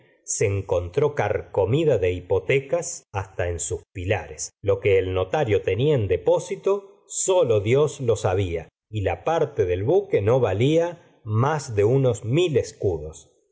se encontró carcomida de hipotecas hasta en sus pilares lo que el notario tenia en depósito solo dios lo sabía y la parte del buque no valía más de unos mil escudos